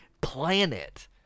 Planet